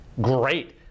great